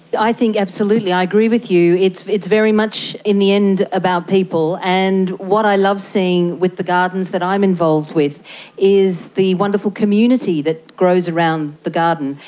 i think absolutely, i agree with you. it's very very much, in the end, about people. and what i love seeing with the gardens that i'm involved with is the wonderful community that grows around the garden.